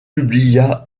publia